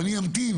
אני אמתין